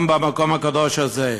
גם במקום הקדוש הזה.